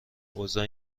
اوضاع